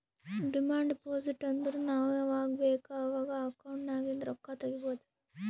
demand deposit ಅಂದುರ್ ನಾವ್ ಯಾವಾಗ್ ಬೇಕ್ ಅವಾಗ್ ಅಕೌಂಟ್ ನಾಗಿಂದ್ ರೊಕ್ಕಾ ತಗೊಬೋದ್